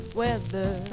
weather